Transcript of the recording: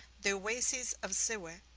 the oasis of siweh,